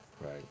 right